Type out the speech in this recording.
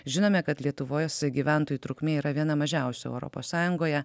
žinome kad lietuvos gyventojų trukmė yra viena mažiausių europos sąjungoje